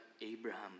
Abraham